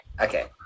Okay